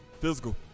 physical